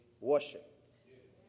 worship